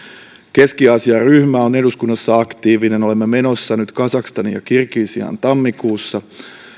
keski aasia ryhmä on eduskunnassa aktiivinen olemme menossa nyt kazakstaniin ja kirgisiaan tammikuussa